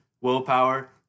willpower